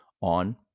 on